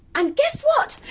and guess what,